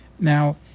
Now